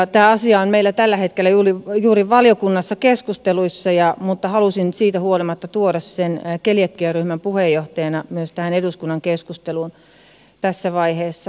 tämä asia on meillä juuri tällä hetkellä valiokunnassa keskusteluissa mutta halusin siitä huolimatta tuoda sen keliakiaryhmän puheenjohtajana tässä vaiheessa myös tähän eduskunnan keskusteluun